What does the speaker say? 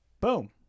Boom